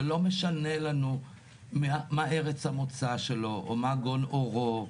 זה לא משנה לנו מה ארץ המוצא שלו, או מה גון עורו,